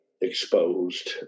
exposed